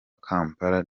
kampala